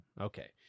Okay